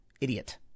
idiot